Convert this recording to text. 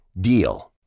DEAL